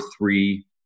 three